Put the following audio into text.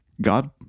God